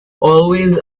always